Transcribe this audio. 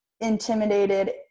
intimidated